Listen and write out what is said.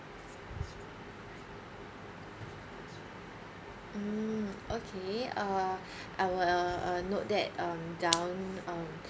mm okay uh I'll uh note that um down um